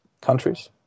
countries